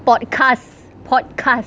podcast podcast